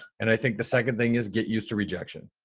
and i think the second thing is get used to rejection.